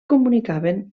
comunicaven